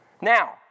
Now